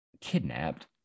kidnapped